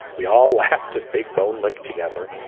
we all laughed a big bone lick together.